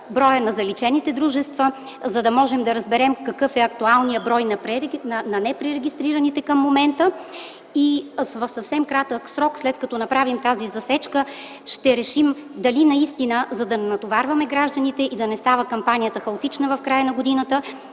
броя на заличените дружества, за да можем да разберем какъв е актуалният брой на непререгистрираните към момента. В съвсем кратък срок, след като направим тази засечка, ще решим дали наистина не би било разумно, за да не натоварваме гражданите и да не става кампанията хаотична в края на годината,